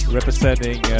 Representing